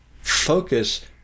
Focus